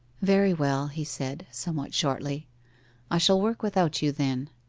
very well he said, somewhat shortly i shall work without you then.